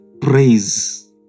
praise